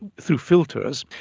through filters,